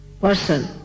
person